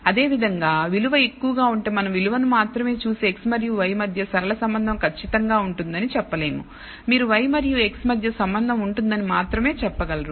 అదేవిధంగా విలువ ఎక్కువగా ఉంటేమనం విలువను మాత్రమే చూసి x మరియు y మధ్య సరళ సంబంధం ఖచ్చితంగా ఉంటుందని చెప్పలేము మీరు y మరియు x మధ్య సంబంధం ఉంటుందని మాత్రమే చెప్పగలరు